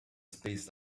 spaced